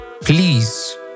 please